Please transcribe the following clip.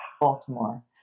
Baltimore